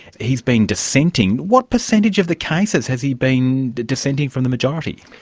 he's been dissenting. what percentage of the cases has he been dissenting from the majority?